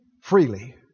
Freely